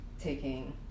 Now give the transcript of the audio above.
taking